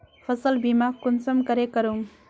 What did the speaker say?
फसल बीमा कुंसम करे करूम?